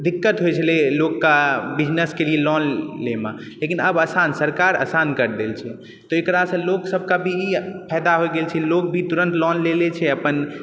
दिक्कत होइत छलय लोककऽ बिजनेस के लिए लोन लइमे लेकिन अब आसान सरकार आसान करि देलकय एकरासँ लोकसभकऽ भी फायदा होइत गेल छै लोग भी तुरंत लोन ले लैत छै अपन